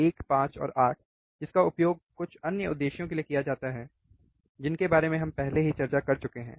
1 5 और 8 जिसका उपयोग कुछ अन्य उद्देश्यों के लिए किया जाता है जिनके बारे में हम पहले ही चर्चा कर चुके हैं